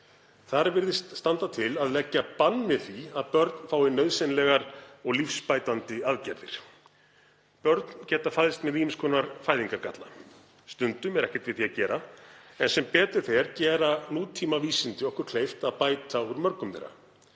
Þar virðist standa til að leggja bann við því að börn fái nauðsynlegar og lífsbætandi aðgerðir. Börn geta fæðst með ýmiss konar fæðingargalla. Stundum er ekkert við því að gera en sem betur fer gera nútímavísindi okkur kleift að bæta úr mörgum þeirra.